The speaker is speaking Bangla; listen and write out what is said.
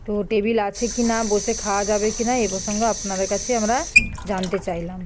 তো টেবিল আছে কি না বসে খাওয়া যাবে কি না এ প্রসঙ্গ আপনাদের কাছে আমরা জানতে চাইলাম